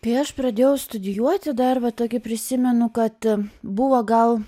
kai aš pradėjau studijuoti dar va tokį prisimenu kad buvo gal